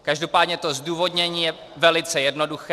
Každopádně to zdůvodnění je velice jednoduché.